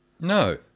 No